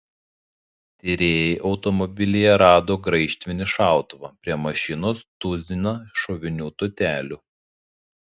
tyrėjai automobilyje rado graižtvinį šautuvą prie mašinos tuziną šovinių tūtelių